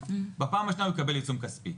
בפעם השנייה הוא יקבל עיצום כספי.